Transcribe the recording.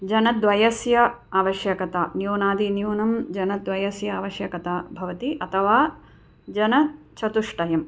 जनद्वयस्य आवश्यकता न्यूनातिन्यूनं जनद्वयस्य आवश्यकता भवति अथवा जनचतुष्टयम्